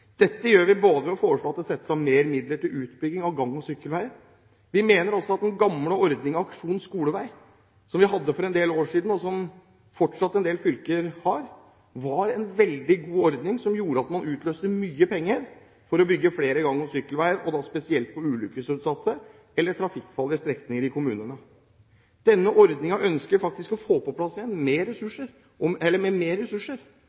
Dette gjør vi ved å foreslå mer midler til utbygging av gang- og sykkelveier. Vi mener også at den gamle ordningen Aksjon skolevei, som vi hadde for en del år siden, og som en del fylker fortsatt har, er en veldig god ordning, som gjør at man utløser mye penger for å bygge flere gang- og sykkelveier, spesielt på ulykkesutsatte og trafikkfarlige strekninger i kommunene. Denne ordningen ønsker vi faktisk å få på plass igjen med mer ressurser,